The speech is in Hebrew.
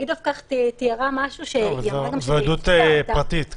היא תיארה משהו --- זו עדות פרטית.